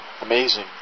Amazing